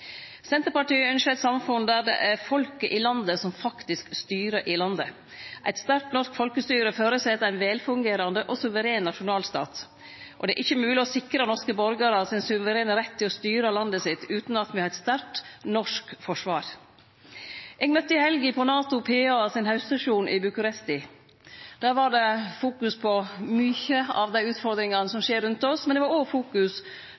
Senterpartiet ynskjer eit samfunn der det er folket i landet som faktisk styrer i landet. Eit sterkt norsk folkestyre føreset ein velfungerande og suveren nasjonalstat, og det er ikkje mogleg å sikre norske borgarar sin suverene rett til å styre landet sitt utan at me har eit sterkt norsk forsvar. Eg møtte i helga på NATO PA sin haustsesjon i Bucuresti. Der var det fokus på mange av dei utfordringane som skjer rundt oss, men det var òg fokus